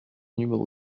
numéro